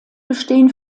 bestehen